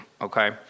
okay